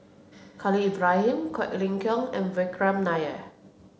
Khalil Ibrahim Quek Ling Kiong and Vikram Nair